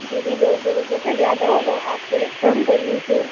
दीदी दो सौ रुपए तो ज़्यादा हो गए आप थोड़े कम कर लीजिए